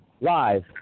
live